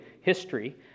history